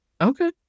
Okay